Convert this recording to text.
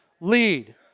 Lead